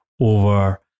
over